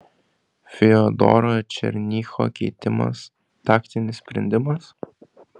fiodoro černycho keitimas taktinis sprendimas